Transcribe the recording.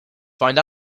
find